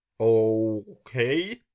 Okay